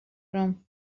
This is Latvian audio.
prom